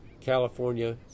California